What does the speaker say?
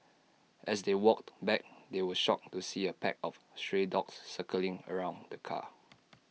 as they walked back they were shocked to see A pack of stray dogs circling around the car